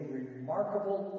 remarkable